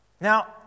Now